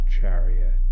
chariot